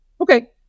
Okay